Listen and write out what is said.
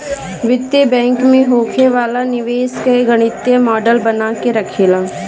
वित्तीय बैंक में होखे वाला निवेश कअ गणितीय मॉडल बना के रखेला